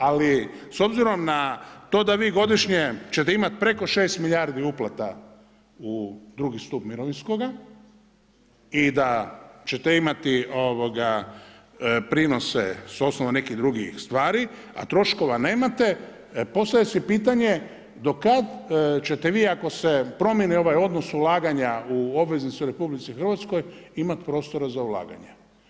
Ali s obzirom na to da vi godišnje ćete imati preko 6 milijardi uplata u drugi stup mirovinskoga i da ćete imati prinose s osnova nekih drugih stvari, a troškova nemate, postavlja se pitanje do kad ćete vi ako se promijeni ovaj odnos ulaganja u obveznice u RH imati prostora za ulaganje.